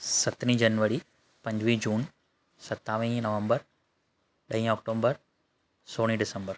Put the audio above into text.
सत्रहीं जनवरी पंजवीह जून सतावीह नवंबर ॾहीं ओक्टुंबर सोरहीं डिसम्बर